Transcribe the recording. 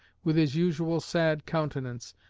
with his usual sad countenance,